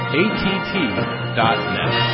att.net